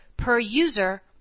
Per-user